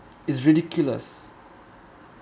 it's ridiculous